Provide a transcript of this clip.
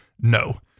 No